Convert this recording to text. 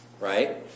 right